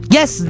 Yes